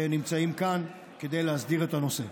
נמצאים כאן כדי להסדיר את הנושא.